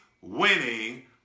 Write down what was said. winning